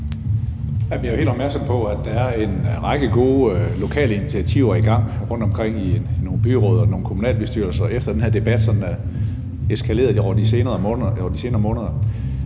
Man bliver jo helt opmærksom på, at der er en række gode lokale initiativer i gang rundtomkring i nogle byråd og nogle kommunalbestyrelser, efter at den her debat sådan er eskaleret hen over de senere måneder.